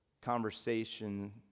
conversation